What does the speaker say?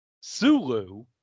Sulu